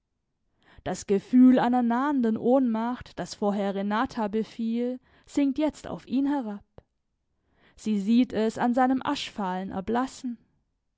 das gefühl einer nahenden ohnmacht das vorher renaten befiel sinkt jetzt auf ihn herab sie sieht es an seinem aschfahlen erblassen